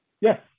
Yes